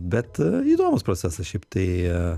bet įdomus procesas šiaip tai